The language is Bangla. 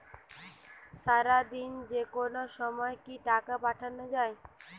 সারাদিনে যেকোনো সময় কি টাকা পাঠানো য়ায়?